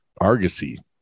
Argosy